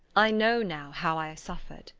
i know now how i suffered,